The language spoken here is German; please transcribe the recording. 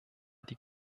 die